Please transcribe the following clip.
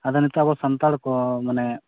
ᱟᱫᱚ ᱱᱤᱛᱚᱜ ᱟᱵᱚ ᱥᱟᱱᱛᱟᱲ ᱠᱚ ᱢᱟᱱᱮ